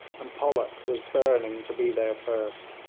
and pollock was burning to be there first.